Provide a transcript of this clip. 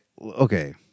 Okay